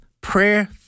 prayer